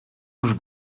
już